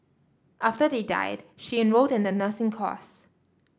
after they died she enrolled in the nursing course